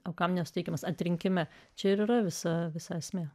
o kam nesuteikiamas atrinkime čia ir yra visa visa esmė